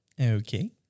Okay